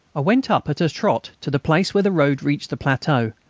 went up at a trot to the place where the road reached the plateau,